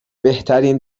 بهترین